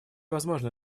возможное